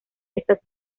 estas